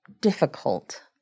difficult